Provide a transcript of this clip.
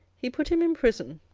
he put him in prison,